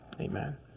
amen